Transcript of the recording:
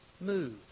Move